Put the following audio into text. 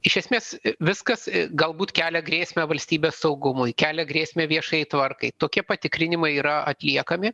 iš esmės viskas galbūt kelia grėsmę valstybės saugumui kelia grėsmę viešajai tvarkai tokie patikrinimai yra atliekami